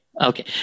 Okay